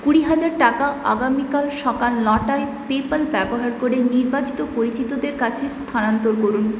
কুড়ি হাজার টাকা আগামীকাল সকাল নটায় পেপ্যাল ব্যবহার করে নির্বাচিত পরিচিতদের কাছে স্থানান্তর করুন